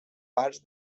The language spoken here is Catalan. parts